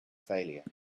failure